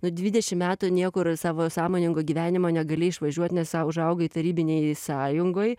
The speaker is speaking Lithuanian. nu dvidešim metų niekur savo sąmoningo gyvenimo negali išvažiuot nes užaugai tarybinėj sąjungoj